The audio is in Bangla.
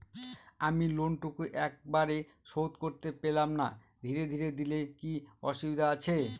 আমি লোনটুকু একবারে শোধ করতে পেলাম না ধীরে ধীরে দিলে কি অসুবিধে আছে?